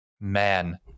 man